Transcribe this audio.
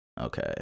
Okay